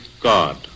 God